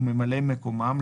וממלאי מקומם,